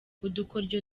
udukoryo